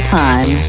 time